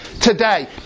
today